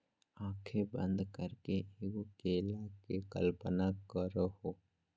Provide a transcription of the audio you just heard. आँखें बंद करके एगो केला के कल्पना करहो